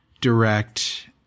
direct